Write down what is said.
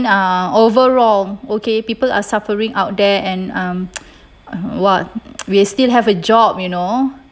uh overall okay people are suffering out there and um what we still have a job you know